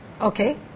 Okay